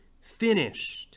finished